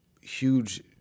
huge